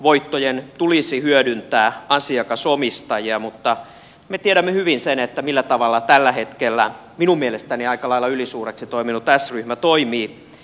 voittojen tulisi hyödyttää asiakasomistajia mutta me tiedämme hyvin sen millä tavalla tällä hetkellä minun mielestäni aika lailla ylisuureksi toiminut s ryhmä toimii